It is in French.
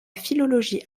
philologie